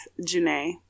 Janae